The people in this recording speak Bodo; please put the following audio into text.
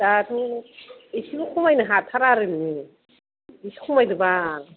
दाथ' एसेबो खमायनो हाथारा आरो नोङो एसे खमायदो बाल